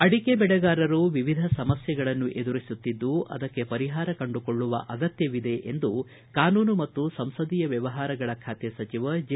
ಅಡಿಕೆ ಬೆಳೆಗಾರರು ವಿವಿಧ ಸಮಸ್ಯೆಗಳನ್ನು ಎದುರಿಸುತ್ತಿದ್ದು ಅದಕ್ಕೆ ಪರಿಹಾರ ಕಂಡುಕೊಳ್ಳುವ ಅಗತ್ಯವಿದೆ ಎಂದು ಕಾನೂನು ಮತ್ತು ಸಂಸದೀಯ ವ್ಯವಹಾರಗಳ ಸಚಿವ ಜೆ